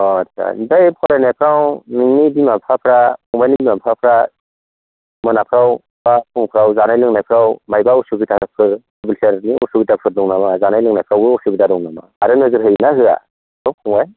अह आच्चा ओमफ्राय फरायनायफ्राव नोंनि बिमा बिफाफ्रा फंबायनि बिमा बिफाफ्रा मोनाफ्राव बा फुंफ्राव जानाय लोंनायफ्राव मायोबा उसुबिदाफोर असुबिदाफोर दं नामा जानाय लोंनायफ्राव उसुबिदा दं नामा आरो नोजोर होयो ना होआ हो फंबाय